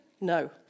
no